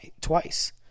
twice